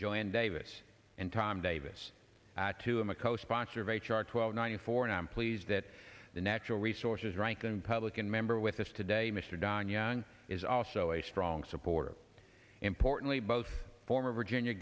joined davis and tom davis to a co sponsor of h r twelve ninety four and i'm pleased that the natural resources ranking republican member with us today mr don young is also a strong supporter importantly both former virginia